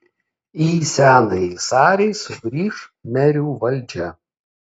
į senąjį sarį sugrįš merių valdžia